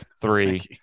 three